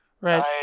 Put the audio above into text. Right